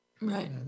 right